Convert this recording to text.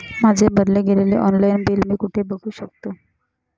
माझे भरले गेलेले ऑनलाईन बिल मी कुठे बघू शकतो?